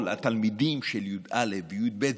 כל התלמידים של כיתות י"א וי"ב וי',